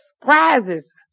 prizes